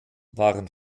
waren